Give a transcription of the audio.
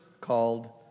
called